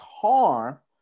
car